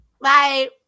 Bye